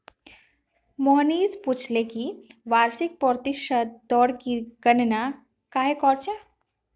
मोहनीश पूछले कि वार्षिक प्रतिशत दर की गणना कंहे करछेक